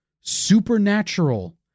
supernatural